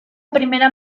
primera